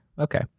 Okay